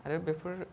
आरो बेफोर